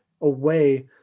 away